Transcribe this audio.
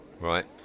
Right